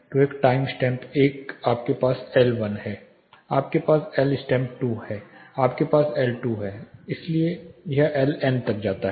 तो एक time stamp 1 आपके पास एल 1 है आपके पास एल स्टैम्प 2 आपके पास एल 2 है इसलिए यह एल एन तक जाता है